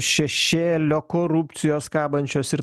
šešėlio korupcijos kabančios ir